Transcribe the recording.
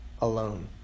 alone